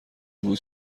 بود